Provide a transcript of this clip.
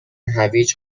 هویج